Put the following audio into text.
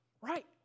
right